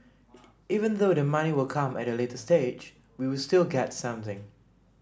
even though the money will come at a later stage we still get something